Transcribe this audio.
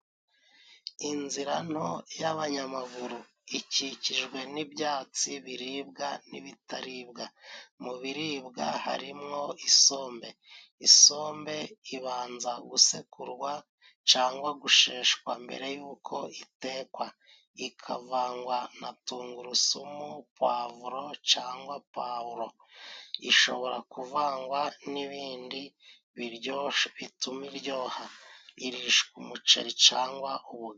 Inzira nto y'abanyamaguru ikikijwe n'ibyatsi biribwa n'ibitaribwa, mu biribwa harimo isombe, isombe ibanza gusekurwa cangwa gusheshwa mbere y'uko itekwa, ikavangwa na tungurusumu, puwavro cangwa puwaro, ishobora kuvangwa n'ibindi biryoshe, bituma iryoha, irishwa umuceri cangwa ubugari.